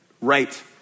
right